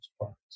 parts